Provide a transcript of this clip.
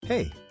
Hey